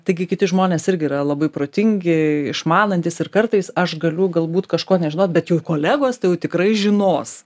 taigi kiti žmonės irgi yra labai protingi išmanantys ir kartais aš galiu galbūt kažko nežinot bet jau kolegos tai jau tikrai žinos